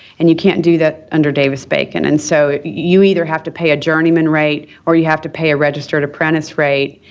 and you can't do that under davis-bacon. and so, you either have to pay a journeyman rate, or you have to pay a registered apprentice rate,